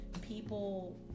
people